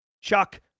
Chuck